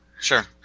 Sure